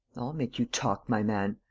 make you talk, my man.